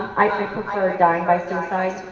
i prefer dying by suicide,